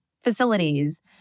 facilities